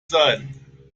sein